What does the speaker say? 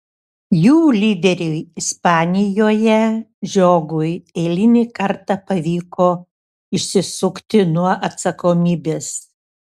jų lyderiui ispanijoje žiogui eilinį kartą pavyko išsisukti nuo atsakomybės